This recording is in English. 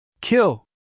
Kill